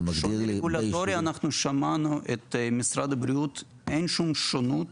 מבחינת שוני שמענו את משרד הבריאות ואין שום שונות.